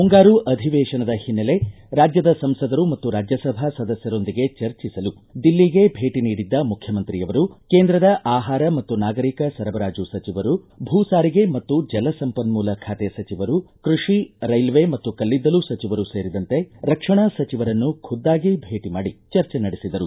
ಮುಂಗಾರು ಅಧಿವೇಶನದ ಹಿನ್ನೆಲೆ ರಾಜ್ಯದ ಸಂಸದರು ಮತ್ತು ರಾಜ್ಯಸಭಾ ಸದಸ್ಯರೊಂದಿಗೆ ಚರ್ಚಿಸಲು ದಿಲ್ಲಿಗೆ ಭೇಟ ನೀಡಿದ್ದ ಮುಖ್ಯಮಂತ್ರಿಯವರು ಈ ಕೇಂದ್ರದ ಆಹಾರ ಮತ್ತು ನಾಗರಿಕ ಸರಬರಾಜು ಸಚಿವರು ಭೂ ಸಾರಿಗೆ ಮತ್ತು ಜಲ ಸಂಪನ್ಯೂಲ ಖಾತೆ ಸಚಿವರು ಕೃಷಿ ರೈಲ್ವೆ ಮತ್ತು ಕಲ್ಲಿದ್ದಲು ಸಚಿವರು ಸೇರಿದಂತೆ ರಕ್ಷಣಾ ಸಚಿವರನ್ನು ಖುದ್ದಾಗಿ ಭೇಟ ಮಾಡಿ ಚರ್ಚೆ ನಡೆಸಿದರು